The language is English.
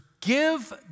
give